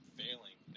failing